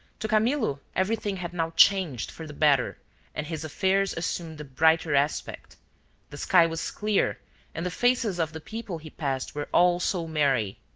to camillo everything had now changed for the better and his affairs assumed a brighter aspect the sky was clear and the faces of the people he passed were all so merry.